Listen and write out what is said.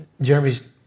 Jeremy's